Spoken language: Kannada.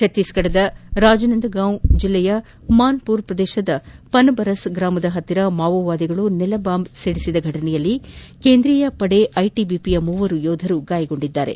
ಛತ್ತೀಸ್ಗಢ್ನ ರಾಜನಂದಗಾವ್ ಜಿಲ್ಲೆಯ ಮಾನ್ಸುರ್ ಪ್ರದೇಶದ ಪನಬರಸ್ ಗ್ರಮದ ಸಮೀಪ ಮಾವೋವಾದಿಗಳು ನೆಲಬಾಂಬ್ ಸ್ವೋಟಿಸಿದ ಘಟನೆಯಲ್ಲಿ ಕೇಂದ್ರೀಯ ಪಡೆ ಐಟಿಬಿಪಿಯ ಮೂವರು ಯೋಧರು ಗಾಯಗೊಂಡಿದ್ದಾರೆ